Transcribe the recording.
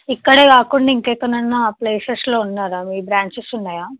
ఇక్కడే కాకుండా ఇంకా ఎక్కడైనా ప్లేసెస్లో ఉన్నదా మీ బ్రాంచెస్ ఉన్నాయా